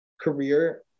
career